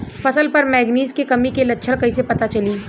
फसल पर मैगनीज के कमी के लक्षण कईसे पता चली?